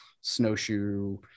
snowshoe